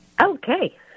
Okay